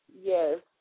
Yes